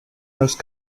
most